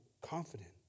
confident